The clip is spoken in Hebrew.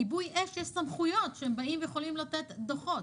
לכיבוי אש יש סמכויות, הם באים ויכולים לתת דוחות,